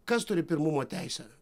kas turi pirmumo teisę